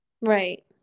right